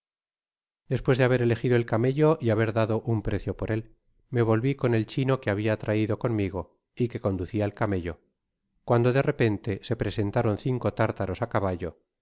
despues de haber elegido el camello y haber dado su precio por él me volvi con el chino que habia traido con migo y que conducia el camello cuando de repente se presentaron cinco tártaros á caballo